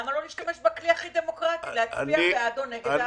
למה לא להשתמש בכלי הכי דמוקרטי ולהצביע בעד או נגד?